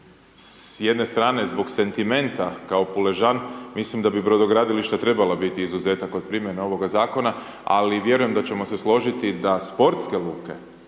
S jedne strane zbog sentimenta kao Puležan mislim da bi brodogradilišta trebala biti izuzetak kod primjene ovoga zakona ali vjerujem da ćemo se složiti da sportske luke